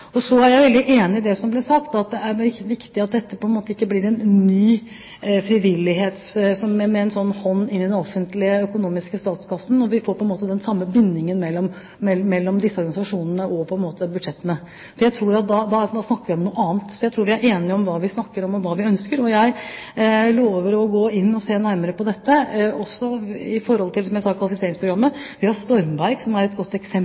enig i det som ble sagt, at det er viktig at dette ikke blir en ny frivillighet med en hånd i den offentlige, økonomiske statskassen, slik at vi får den samme bindingen mellom disse organisasjonene og budsjettene. For da tror jeg vi snakker om noe annet. Så jeg tror vi er enige om hva vi snakker om og hva vi ønsker, og jeg lover å gå inn og se nærmere på dette, også i forhold til kvalifiseringsprogrammet. Vi har Stormberg, som er et godt eksempel.